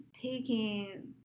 taking